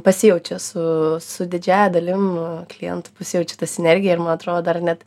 pasijaučiu su su didžiąja dalim klientų pasijaučiu tą sinergiją ir man atro dar net